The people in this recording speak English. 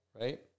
Right